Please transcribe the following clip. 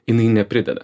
jinai neprideda